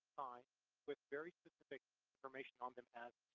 ah with very specific information on them as